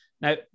Now